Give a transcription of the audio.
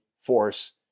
force